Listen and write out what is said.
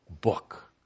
book